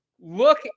look